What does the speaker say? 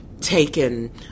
taken